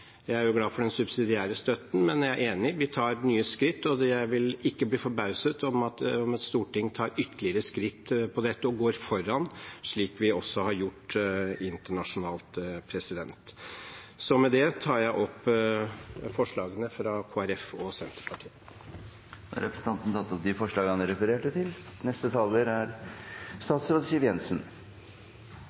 Jeg er glad for den subsidiære støtten fra SV. Jeg er enig i at vi tar nye skritt, og jeg vil ikke bli forbauset om et storting tar ytterligere skritt når det gjelder dette, og går foran, slik vi også har gjort internasjonalt. Med det tar jeg opp forslagene fra Kristelig Folkeparti og Senterpartiet. Representanten Hans Olav Syversen har tatt opp de forslagene han refererte til.